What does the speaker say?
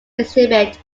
exhibit